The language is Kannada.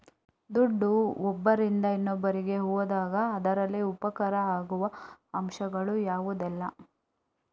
ದುಡ್ಡು ಒಬ್ಬರಿಂದ ಇನ್ನೊಬ್ಬರಿಗೆ ಹೋದಾಗ ಅದರಲ್ಲಿ ಉಪಕಾರ ಆಗುವ ಅಂಶಗಳು ಯಾವುದೆಲ್ಲ?